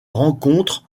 rencontre